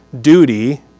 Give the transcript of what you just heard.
duty